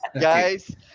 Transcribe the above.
guys